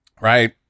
Right